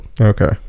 Okay